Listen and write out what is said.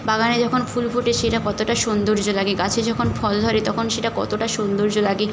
বাগানে যখন ফুল ফোটে সেটা কতটা সৌন্দর্য লাগে গাছে যখন ফল ধরে তখন সেটা কতটা সুন্দর্য লাগে